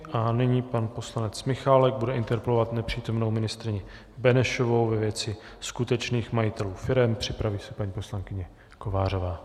A nyní pan poslanec Michálek bude interpelovat nepřítomnou ministryni Benešovou ve věci skutečných majitelů firem, připraví se paní poslankyně Kovářová.